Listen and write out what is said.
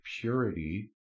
purity